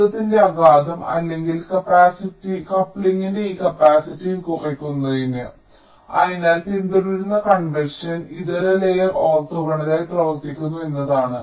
ശബ്ദത്തിന്റെ ആഘാതം അല്ലെങ്കിൽ കപ്ലിംഗിന്റെ ഈ കപ്പാസിറ്റീവ് കുറയ്ക്കുന്നതിന് അതിനാൽ പിന്തുടരുന്ന കൺവെൻഷൻ ഇതര ലെയർ ഓർത്തോഗണലായി പ്രവർത്തിക്കുന്നു എന്നതാണ്